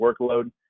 workload